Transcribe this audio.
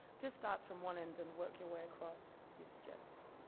just start from one end and work your way across, he suggests.